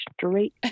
straight